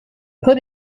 put